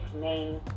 name